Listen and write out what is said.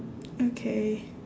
okay